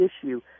issue